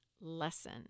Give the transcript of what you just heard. lesson